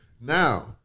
Now